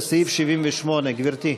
לסעיף 78. גברתי.